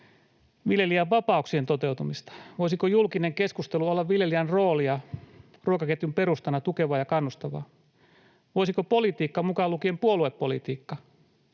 viljelijän vapauksien toteutumista? Voisiko julkinen keskustelu olla viljelijän roolia ruokaketjun perustana tukevaa ja kannustavaa? Voisiko politiikka, mukaan lukien puoluepolitiikka,